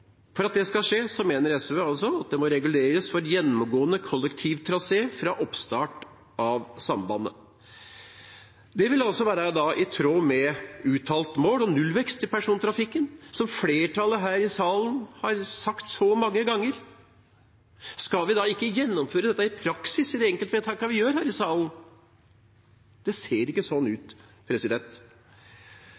For at det skal skje, mener SV at det må reguleres for gjennomgående kollektivtrasé fra oppstart av sambandet. Det vil være i tråd med uttalt mål om nullvekst i persontrafikken, som flertallet her i salen har sagt så mange ganger. Skal vi ikke gjennomføre det i praksis, gjennom de enkeltvedtakene vi gjør her i salen? Det ser ikke sånn